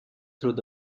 through